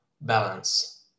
balance